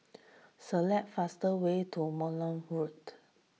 select fast way to Narooma Road